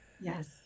Yes